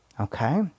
okay